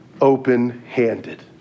open-handed